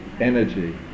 Energy